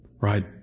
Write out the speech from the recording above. Right